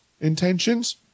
intentions